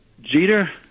Jeter